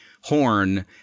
Horn